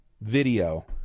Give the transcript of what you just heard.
video